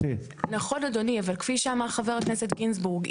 נכון אדוני אבל כפי שאמר חבר הכנסת גינזבורג,